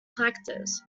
collectors